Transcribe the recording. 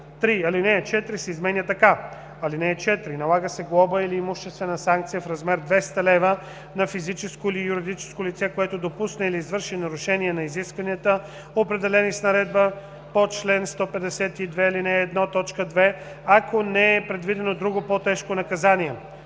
3. Алинея 4 се изменя така: „(4) Налага се глоба или имуществена санкция в размер 200 лв. на физическо или юридическо лице, което допусне или извърши нарушение на изискванията, определени с наредбата по чл. 152, ал. 1, т. 2, ако не е предвидено друго по-тежко наказание.“